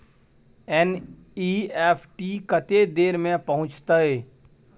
NEFT कत्ते देर में पहुंचतै?